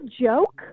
joke